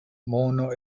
mono